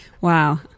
Wow